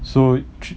so